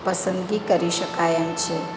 પસંદગી કરી શકાય એમ છે